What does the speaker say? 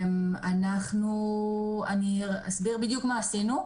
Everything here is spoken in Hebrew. אני אסביר מה עשינו.